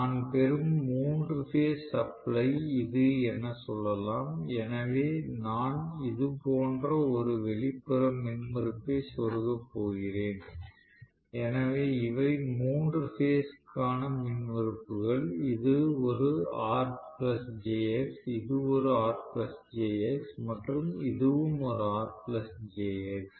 நான் பெறும் மூன்று பேஸ் சப்ளை இது என சொல்லலாம் எனவே நான் இது போன்ற ஒரு வெளிப்புற மின்மறுப்பைச் செருகப் போகிறேன் எனவே இவை மூன்று பேஸ் க்கான மின்மறுப்புகள் இது ஒரு R jX இது ஒரு R jX மற்றும்இதுவும் ஒரு R jX